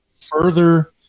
further